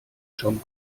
schon